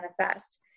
manifest